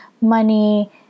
money